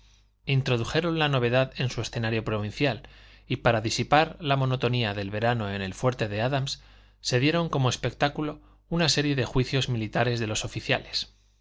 introdujeron la novedad en su escenario provincial y para disipar la monotonía del verano en el fuerte de adams se dieron como espectáculo una serie de juicios militares de los oficiales